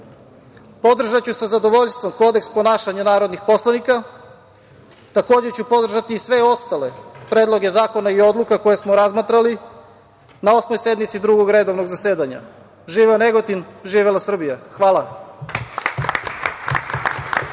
bolje. Podržaću sa zadovoljstvom kodeks ponašanja narodnih poslanika. Takođe, ću podržati sve ostale predloge zakona i odluka koje smo razmatrali na Osmoj sednici Drugog redovnog zasedanja. Živeo Negotin, živela Srbija. Hvala.